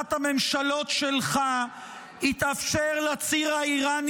תחת הממשלות שלך התאפשר לציר האיראני